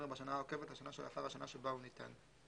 בשנה העוקבת לשנה שלאחר השנה שבה הוא ניתן.